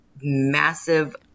massive